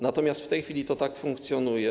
Natomiast w tej chwili to tak funkcjonuje.